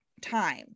time